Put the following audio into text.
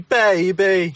baby